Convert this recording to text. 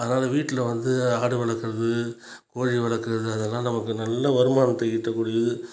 அதனால் வீட்டில் வந்து ஆடு வளர்க்குறது கோழி வளர்க்குறது அதெலாம் நமக்கு நல்ல வருமானத்தை ஈட்ட கூடியது